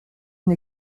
une